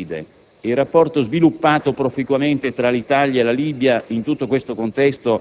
sono le grandi sfide e i rapporti sviluppati proficuamente tra l'Italia e la Libia in tutto questo contesto